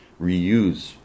reuse